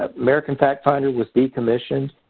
ah american factfinder was decommissioned,